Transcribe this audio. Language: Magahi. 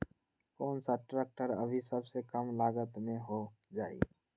कौन सा ट्रैक्टर अभी सबसे कम लागत में हो जाइ?